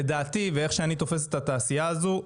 לדעתי ואיך שאני תופס את התעשייה הזו,